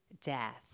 death